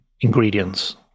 ingredients